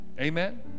Amen